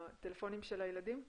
הטלפונים של הילדים?